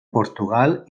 portugal